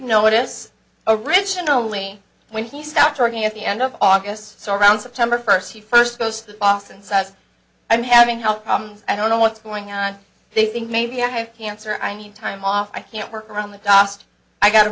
notice originally when he stopped working at the end of august so around september first he first post the box and says i'm having health problems i don't know what's going on they think maybe i have cancer i need time off i can't work around the cost i got a